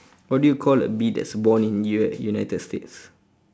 what do you call a bee that's born in u~ united states